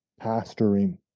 pastoring